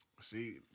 See